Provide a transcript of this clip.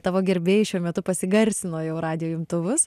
tavo gerbėjai šiuo metu pasigarsino jau radijo imtuvus